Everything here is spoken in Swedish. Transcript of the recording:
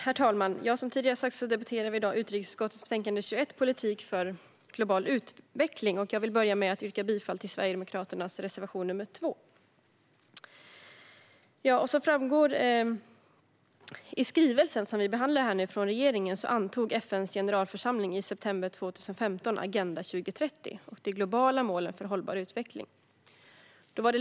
Herr talman! Som tidigare har sagts debatterar vi i dag utrikesutskottets betänkande 21, Politiken för global utveckling . Jag vill börja med att yrka bifall till Sverigedemokraternas reservation nr 2. Som framgår i skrivelsen från regeringen som vi behandlar här antog FN:s generalförsamling i september 2015 Agenda 2030 och de globala målen för hållbar utveckling.